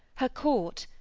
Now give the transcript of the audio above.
her court,